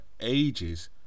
ages